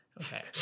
Okay